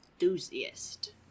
enthusiast